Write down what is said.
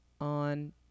on